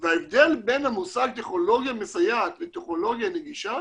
וההבדל בין המושג טכנולוגיה מסייעת לטכנולוגיה נגישה